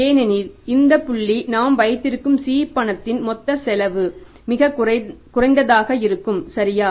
ஏனெனில் இந்த புள்ளி நாம் வைத்திருக்கும் C பணத்தின் மொத்த செலவு மிகக் குறைந்ததாக இருக்கும் சரியா